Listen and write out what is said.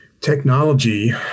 technology